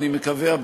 אני מקווה,